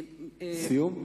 סיום?